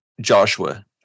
Joshua